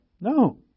No